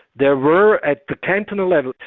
there were at the canton levels,